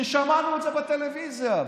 ששמענו את זה בטלוויזיה,